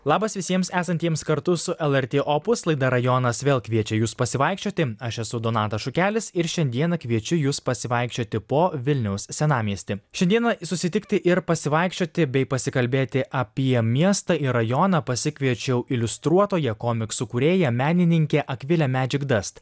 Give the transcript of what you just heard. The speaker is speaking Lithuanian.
labas visiems esantiems kartu su lrt opus laida rajonas vėl kviečia jus pasivaikščioti aš esu donatas šukelis ir šiandieną kviečiu jus pasivaikščioti po vilniaus senamiestį šiandieną susitikti ir pasivaikščioti bei pasikalbėti apie miestą ir rajoną pasikviečiau iliustruotoją komiksų kūrėją menininkę akvilę medžikdast